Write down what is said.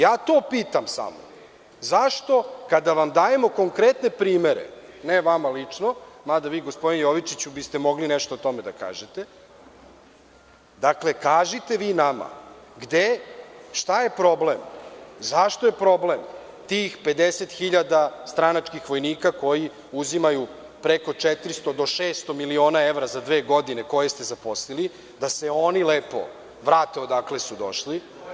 Ja to pitam samo – zašto, kada vam dajemo konkretne primere, ne vama lično, mada vi, gospodine Jovičiću, biste mogli o tome nešto da kažete, dakle, kažite vi nama gde je problem i zašto je problem tih 50.000 stranačkih vojnika koji uzimaju preko 400-600 miliona evra za dve godine koje ste zaposlili, da se oni lepo vrate odakle su došli.